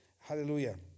Hallelujah